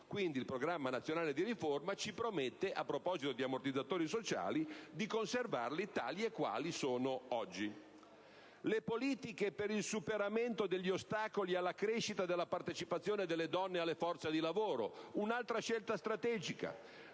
Il Programma nazionale di riforma ci promette, a proposito di ammortizzatori sociali, di conservarli tali e quali sono oggi. Le politiche per il superamento degli ostacoli alla crescita della partecipazione delle donne alle forze di lavoro sono un'altra scelta strategica.